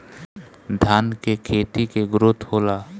धान का खेती के ग्रोथ होला?